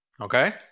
Okay